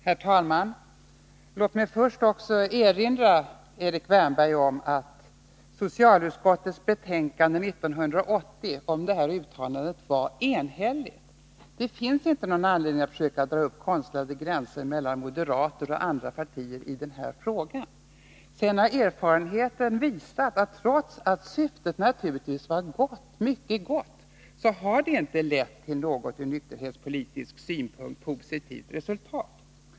Herr talman! Låt mig först erinra Erik Wärnberg om att socialutskottets betänkande 1980 om detta uttalande var enhälligt. Det finns inte någon anledning att i denna fråga försöka dra upp konstlade gränser mellan moderater och andra partier. Erfarenheten har sedan visat att uttalandet — trots att syftet naturligtvis var mycket gott — inte har lett till något positivt resultat ur nykterhetspolitisk synpunkt.